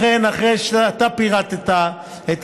לכן, אחרי שאתה פירטת את ההצעה,